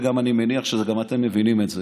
ואני גם מניח שגם אתם מבינים את זה,